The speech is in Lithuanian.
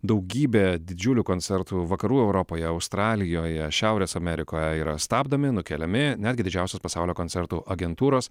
daugybė didžiulių koncertų vakarų europoje australijoje šiaurės amerikoje yra stabdomi nukeliami netgi didžiausios pasaulio koncertų agentūros